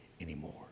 anymore